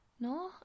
no